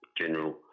general